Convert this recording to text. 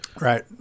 Right